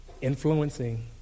Influencing